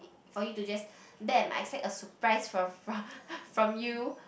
for you to just damn I expect a surprise from from from you